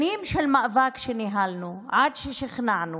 שנים של מאבק שניהלנו עד ששכנענו,